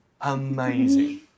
amazing